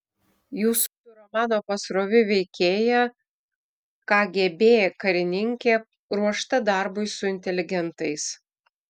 jūsų romano pasroviui veikėja kgb karininkė ruošta darbui su inteligentais